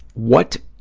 what